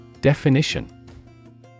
Definition